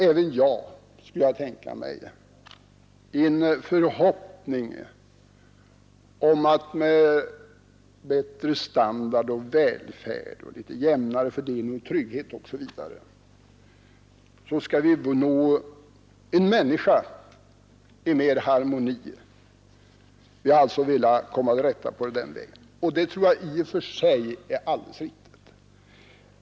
Även jag har levt i en förhoppning om att med bättre standard och välfärd, med litet jämnare fördelning, trygghet osv. skulle människorna bli mer harmoniska. Vi har alltså velat komma till rätta med förhållandena på den vägen. Detta tror jag i och för sig är alldeles riktigt.